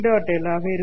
ஆக இருக்கும்